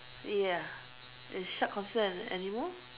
ya is shark considered an animal